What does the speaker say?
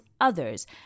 others